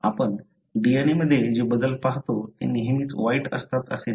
आपण DNA मध्ये जे बदल पाहतो ते नेहमीच वाईट असतात असे नाही